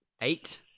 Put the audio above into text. Eight